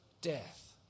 death